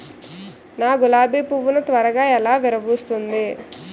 నా గులాబి పువ్వు ను త్వరగా ఎలా విరభుస్తుంది?